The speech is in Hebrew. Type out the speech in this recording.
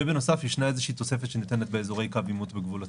ובנוסף ישנה איזושהי תוספת שניתנת באזורי קו עימות בגבול הצפון.